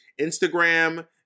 Instagram